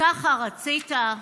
ככה רצית?"